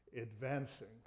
advancing